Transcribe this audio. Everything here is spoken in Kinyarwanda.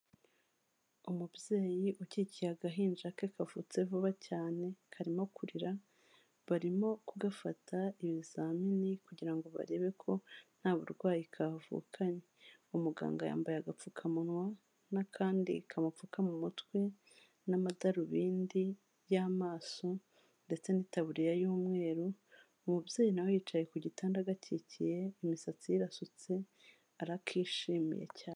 Umubyeyi ukikiye agahinja ke kavutse vuba cyane karimo kurira barimo kugafata ibizamini kugira ngo barebe ko nta burwayi kavukanye, umuganga yambaye agapfukamunwa n'akandi kamupfuka mu mutwe n'amadarubindi y'amaso ndetse n'itaburiya y'umweru, umubyeyi nawe yicaye ku gitanda agakikiye imisatsi ye irasutse arakishimiye cyane.